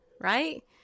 right